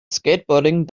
skateboarding